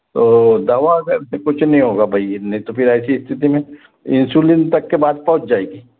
तो दवा से फिर कुछ नहीं होगा भई नहीं तो फिर ऐसी स्थिति में इंसुलिन तक के बात पहुँच जायेगी